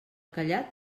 callat